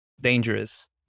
dangerous